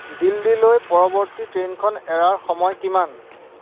দিল্লীলৈ পৰৱৰ্তী ট্ৰেইনখন এৰাৰ সময় কিমান